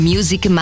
Music